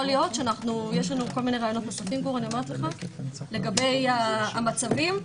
להיות שיש לנו רעיונות נוספים לגבי המצבים.